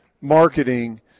marketing